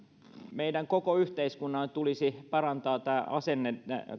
meidän koko yhteiskunnan tulisi parantaa asennetta